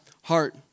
heart